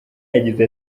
yagize